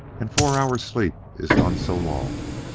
and four hours' sleep is none so long.